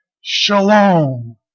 shalom